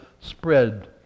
spread